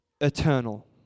eternal